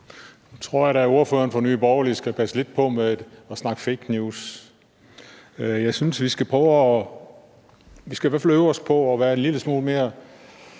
Jeg tror, at ordføreren for Nye Borgerlige skal passe lidt på med at snakke fake news. Jeg synes, vi skal øve os på at være en lille smule mere